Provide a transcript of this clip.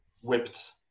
whipped